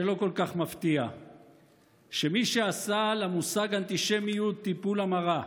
לא כל כך מפתיע שמי שעשה למושג "אנטישמיות" טיפול המרה,